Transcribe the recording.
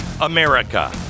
America